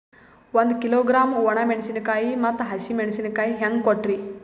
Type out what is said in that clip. ಒಂದ ಕಿಲೋಗ್ರಾಂ, ಒಣ ಮೇಣಶೀಕಾಯಿ ಮತ್ತ ಹಸಿ ಮೇಣಶೀಕಾಯಿ ಹೆಂಗ ಕೊಟ್ರಿ?